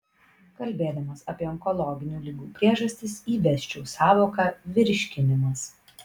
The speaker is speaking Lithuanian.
kalbėdamas apie onkologinių ligų priežastis įvesčiau sąvoką virškinimas